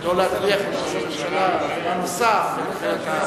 לא להטריח את ראש הממשלה זמן נוסף ולכן אתה,